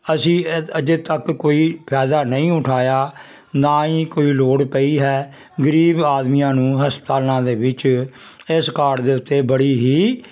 ਅਸੀਂ ਅ ਅਜੇ ਤੱਕ ਕੋਈ ਫ਼ਾਇਦਾ ਨਹੀਂ ਉਠਾਇਆ ਨਾ ਹੀ ਕੋਈ ਲੋੜ ਪਈ ਹੈ ਗਰੀਬ ਆਦਮੀਆਂ ਨੂੰ ਹਸਪਤਾਲਾਂ ਦੇ ਵਿੱਚ ਇਸ ਕਾਰਡ ਦੇ ਉੱਤੇ ਬੜੀ ਹੀ